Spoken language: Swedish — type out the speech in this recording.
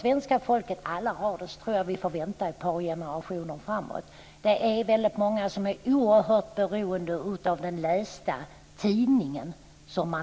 Men jag tror att vi får vänta ett par generationer innan hela svenska folket har det. Det är väldigt många som är oerhört beroende av den tryckta tidningen.